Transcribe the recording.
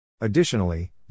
Additionally